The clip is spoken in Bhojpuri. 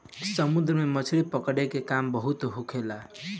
समुन्द्र में मछली पकड़े के काम बहुत होखेला